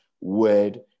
word